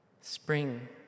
Spring